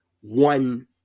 one